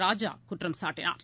ராஜாகுற்றம் சாட்டினார்